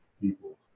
people